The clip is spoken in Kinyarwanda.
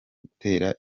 gutera